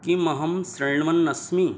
किमहं शृण्वन् अस्मि